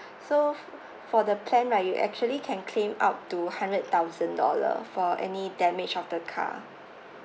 so for the plan right you actually can claim up to hundred thousand dollar for any damage of the car